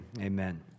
amen